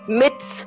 myths